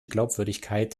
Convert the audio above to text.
glaubwürdigkeit